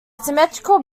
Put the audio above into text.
symmetrical